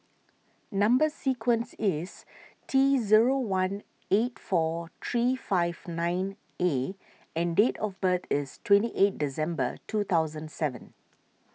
Number Sequence is T zero one eight four three five nine A and date of birth is twenty eight December two thousand seven